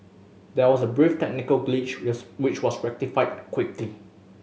there was a brief technical glitch which was rectified quickly